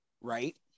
Right